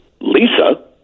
Lisa